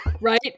Right